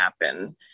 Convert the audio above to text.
happen